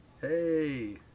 Hey